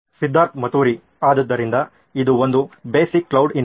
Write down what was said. ಸಿದ್ಧಾರ್ಥ್ ಮತುರಿ ಆದ್ದರಿಂದ ಇದು ಒಂದು ಬೇಸಿಕ್ ಕ್ಲೌಡ್ ಇನ್ಫ್ರಾ